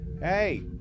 hey